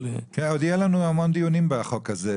אבל --- עוד יהיו לנו המון דיונים על החוק הזה.